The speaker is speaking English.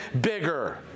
bigger